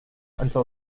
until